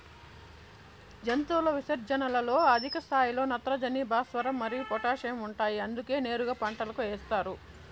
జంతువుల విసర్జనలలో అధిక స్థాయిలో నత్రజని, భాస్వరం మరియు పొటాషియం ఉంటాయి అందుకే నేరుగా పంటలకు ఏస్తారు